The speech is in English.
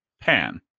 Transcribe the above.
pan